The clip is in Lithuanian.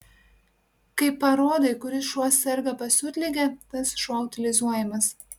kai parodai kuris šuo serga pasiutlige tas šuo utilizuojamas